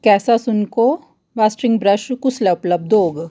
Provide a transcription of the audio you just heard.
कैसासुनको बाशिंग ब्रश कुसलै उपलब्ध होग